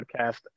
podcast